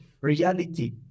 reality